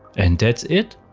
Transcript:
and that's it.